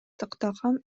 тактаган